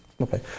Okay